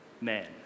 men